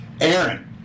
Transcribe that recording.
Aaron